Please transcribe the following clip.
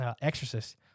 exorcist